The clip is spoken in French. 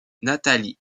nathalie